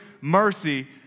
mercy